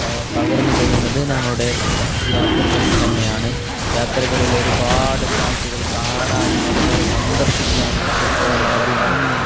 പകർന്നു തരുന്നത് നമ്മളുടെ യാത്രകളിൽ തന്നെയാണ് യാത്രകളിൽ ഒരുപാട് കാഴ്ചകൾ കാണാനും അതു പോലെ സന്ദർശിക്കാനും അതു പോലെ അത് വന്ന്